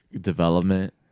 development